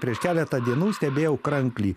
prieš keletą dienų stebėjau kranklį